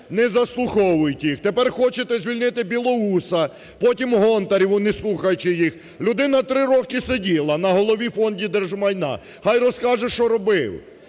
не заслуховують їх. Тепер хочете звільнити Білоуса, потім Гонтареву не слухаючи їх. Людина 3 роки сиділа на голові Фонду держмайна, хай розкаже, що робив.